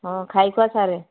ହଁ ଖାଇଖୁଆ ସାରେ